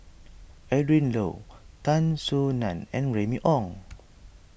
Adrin Loi Tan Soo Nan and Remy Ong